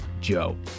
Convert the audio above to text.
Joe